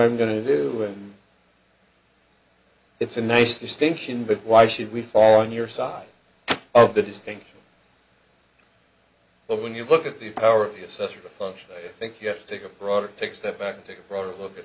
i'm going to do and it's a nice distinction but why should we fall on your side of the distinction but when you look at the power of the assessor function i think you have to take a broader take step back take a broader look at